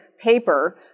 paper